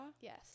Yes